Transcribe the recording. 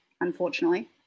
unfortunately